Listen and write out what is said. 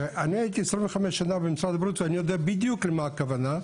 ואני הייתי 25 שנה במשרד הבריאות ואני יודע בדיוק למה הכוונה.